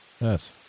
Yes